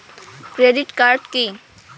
Credit card key?